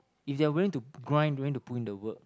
if they are willing to grind willing to pull in the work